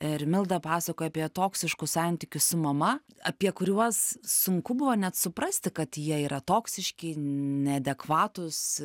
ir milda pasakoja apie toksiškus santykius su mama apie kuriuos sunku buvo net suprasti kad jie yra toksiški neadekvatūs